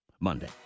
Monday